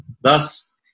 Thus